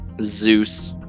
Zeus